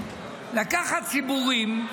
לקחת ציבורים,